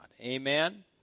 Amen